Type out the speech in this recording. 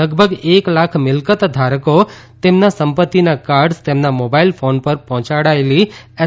લગભગ એક લાખ મિલકત ધારકો તેમના સંપત્તિના કાર્ડ઼સ તેમના મોબાઇલ ફોન પર પહોંચાડાયેલી એસ